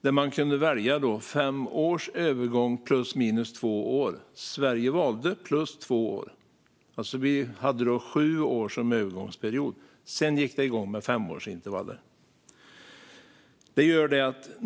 Där kunde man välja fem års övergång plus eller minus två år, och Sverige valde plus två år. Vi hade alltså sju år som övergångsperiod, och sedan gick det igång med femårsintervaller.